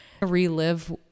relive